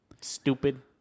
stupid